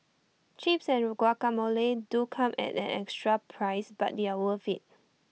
chips and guacamole do come at an extra price but they're worth IT